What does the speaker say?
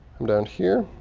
um down here.